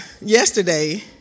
Yesterday